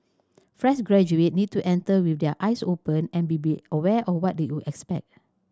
fresh graduate need to enter with their eyes open and be be aware of what they will expect